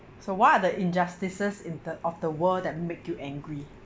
so what are the injustices in the of the world that make you angry